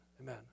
amen